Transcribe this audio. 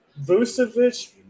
Vucevic